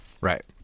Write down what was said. right